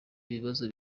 ibibazo